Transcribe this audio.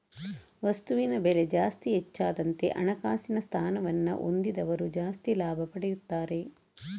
ವಸ್ತುವಿನ ಬೆಲೆ ಜಾಸ್ತಿ ಹೆಚ್ಚಾದಂತೆ ಹಣಕಾಸಿನ ಸ್ಥಾನವನ್ನ ಹೊಂದಿದವರು ಜಾಸ್ತಿ ಲಾಭ ಪಡೆಯುತ್ತಾರೆ